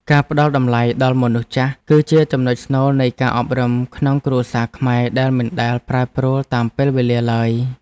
ការផ្ដល់តម្លៃដល់មនុស្សចាស់ គឺជាចំណុចស្នូលនៃការអប់រំក្នុងគ្រួសារខ្មែរដែលមិនដែលប្រែប្រួលតាមពេលវេលាឡើយ។